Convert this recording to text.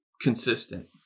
consistent